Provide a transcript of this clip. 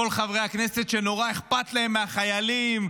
כל חברי הכנסת שנורא אכפת להם מהחיילים,